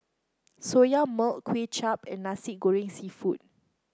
Soya Milk Kuay Chap and Nasi Goreng seafood